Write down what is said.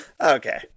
Okay